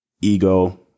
ego